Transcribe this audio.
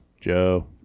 Joe